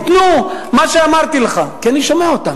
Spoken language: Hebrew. ייתנו מה שאמרתי לך, כי אני שומע אותם.